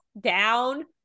down